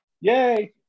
Yay